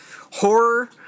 Horror